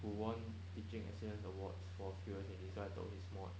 who won teaching excellence awards for furious and it's why I took his mod